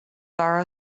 borrow